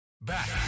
Back